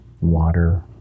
Water